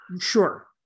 Sure